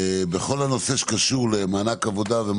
תמשיך.